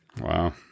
Wow